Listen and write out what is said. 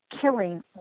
killing